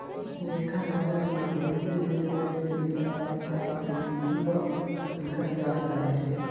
लेखाकरण में वित्तीय लेनदेन के हिसाब किताब के विधिवत लिखल जात बाटे